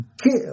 kill